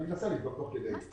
אני אנסה לבדוק תוך כדי.